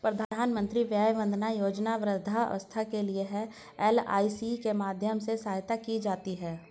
प्रधानमंत्री वय वंदना योजना वृद्धावस्था के लिए है, एल.आई.सी के माध्यम से सहायता की जाती है